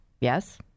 yes